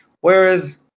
Whereas